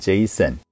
Jason